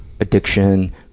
addiction